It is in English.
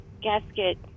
gasket